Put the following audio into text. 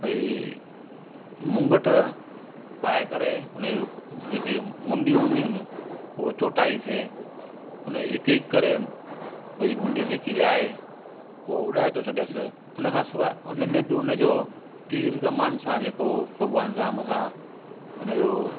भाई मुंगट पाए करे उनजो जेकी मुंॾियूं हूंदियूं आहिनि हो चोटाई से उनजी हिकु हिकु करे भाई मुंॾी जेकी आहे उहो उॾाए थो छॾेसि उनखां सवाइ उनमें बि उनजो तीर कमान सां जेको भॻवानु राम सां उनजो